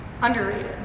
Underrated